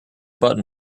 button